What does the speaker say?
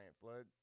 flood